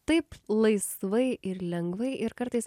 taip laisvai ir lengvai ir kartais